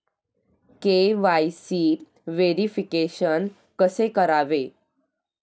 KYC verification कसे करावे?